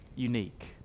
unique